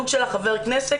מזל שבן הזוג שלה חבר כנסת,